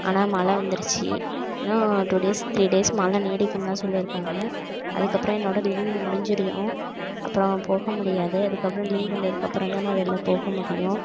ஆனால் மழை வந்துருச்சு இன்னும் டூ டேஸ் த்ரீ டேஸ் மழை நீடிக்குன்னு தான் சொல்லியிருக்காங்க அதுக்கப்புறம் என்னோடய லீவு முடிஞ்சிடும் அப்புறம் போக முடியாது அதுக்கப்புறம் லீவ் வந்ததுக்கப்புறம் தான் நான் வெளில போக முடியும்